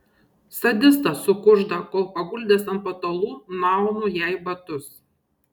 sadistas sukužda kol paguldęs ant patalų nuaunu jai batus